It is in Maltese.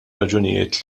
raġunijiet